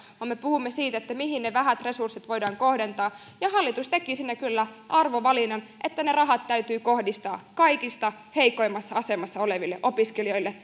vaan puhumme siitä mihin ne vähät resurssit voidaan kohdentaa ja hallitus teki siinä kyllä arvovalinnan että ne rahat täytyy kohdistaa kaikista heikoimmassa asemassa oleville opiskelijoille